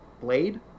Blade